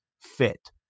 fit